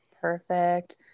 Perfect